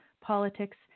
politics